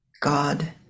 God